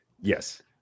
Yes